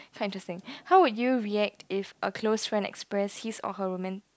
quite interesting how would you react if a close friend expressed his or her roman~